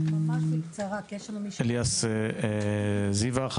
זיוה אליאס, בבקשה.